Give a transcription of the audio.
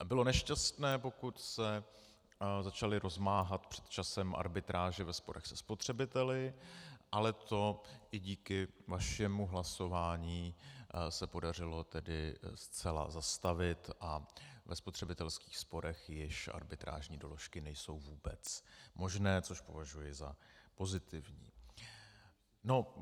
Bylo nešťastné, pokud se začaly rozmáhat před časem arbitráže ve sporech se spotřebiteli, ale to se i díky vašemu hlasování podařilo zcela zastavit a ve spotřebitelských sporech již arbitrážní doložky nejsou vůbec možné, což považuji za pozitivní.